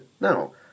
No